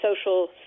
social